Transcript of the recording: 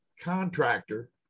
contractor